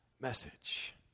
message